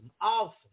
Awesome